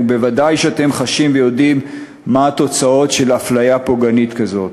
וודאי שאתם חשים ויודעים מה התוצאות של אפליה פוגענית כזאת.